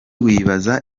wibaza